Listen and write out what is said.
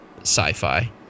sci-fi